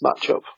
matchup